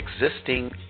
Existing